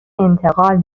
انتقال